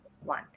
one